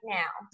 now